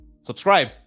Subscribe